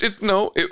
No